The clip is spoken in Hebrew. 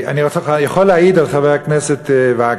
אני יכול להעיד על חבר הכנסת וקנין,